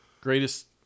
Greatest